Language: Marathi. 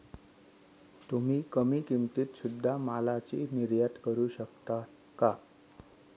तुम्ही कमी किमतीत सुध्दा मालाची निर्यात करू शकता का